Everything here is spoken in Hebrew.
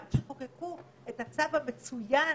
גם כשחוקקו את הצו המצוין